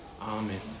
Amen